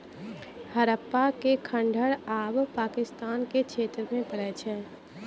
हड़प्पा के खंडहर आब पाकिस्तान के क्षेत्र मे पड़ै छै